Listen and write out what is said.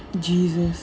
jesus